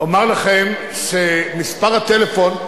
אומר לכם שמספר הטלפון,